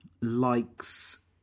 likes